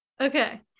Okay